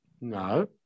No